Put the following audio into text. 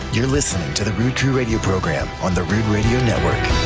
you're listening to the rood crew radio program, on the rood radio network.